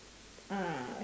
uh